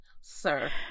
Sir